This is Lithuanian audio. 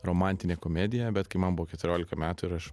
romantinė komedija bet kai man buvo keturiolika metų ir aš